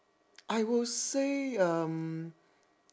I will say um